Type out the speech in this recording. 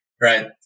right